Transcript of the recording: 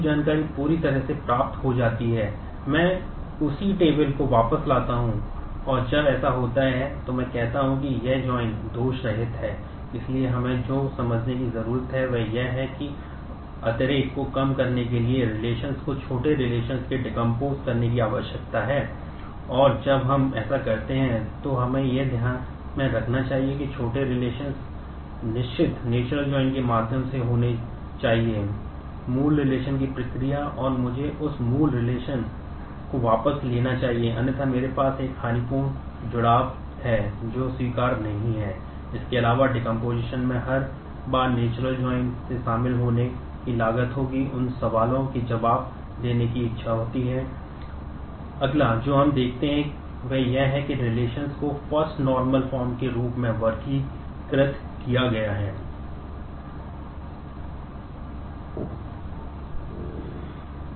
जब मैं जॉइन से शामिल होने की लागत होगीउन सवालों के जवाब देने की इच्छा होती है अगला जो हम देखते हैं वह यह है कि रिलेशन्स के रूप में वर्गीकृत किया गया है